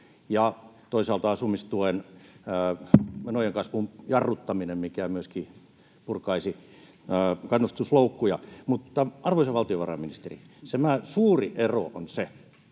ja toisaalta asumistuen menojen kasvun jarruttaminen, mikä myöskin purkaisi kannustusloukkuja. Arvoisa valtiovarainministeri, se suuri ero on,